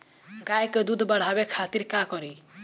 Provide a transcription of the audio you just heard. गाय के दूध बढ़ावे खातिर का करी?